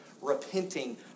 repenting